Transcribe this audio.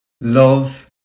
Love